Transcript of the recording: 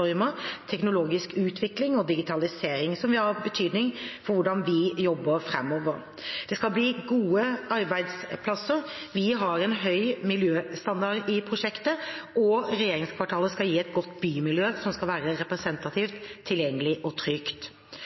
teknologisk utvikling og digitalisering – som vil ha betydning for hvordan vi jobber framover. Det skal bli gode arbeidsplasser. Vi har en høy miljøstandard i prosjektet. Regjeringskvartalet skal gi et godt bymiljø, som skal være representativt, tilgjengelig og trygt.